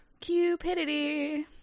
Cupidity